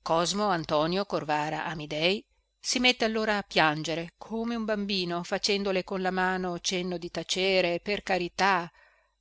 cosmo antonio corvara amidei si mette allora a piangere come un bambino facendole con la mano cenno di tacere per carità